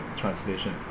translation